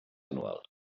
anual